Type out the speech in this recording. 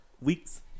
weeks